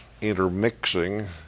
intermixing